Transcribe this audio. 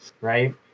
right